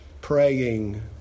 praying